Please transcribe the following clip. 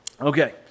Okay